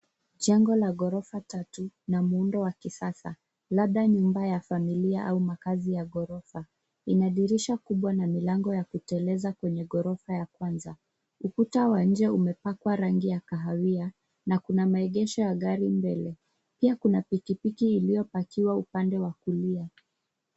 Jengo la gorofa tatu na muundo wa kisasa, labda nyumba ya familia au makazi ya gorofa, ina dirisha kubwa na milango ya kuteleza kwenye gorofa ya kwanza. Ukuta wa nje umepakwa rangi ya kahawia na kuna maegesho ya gari mbele. Pia kuna pikipiki iliyopakiwa upande wa kulia.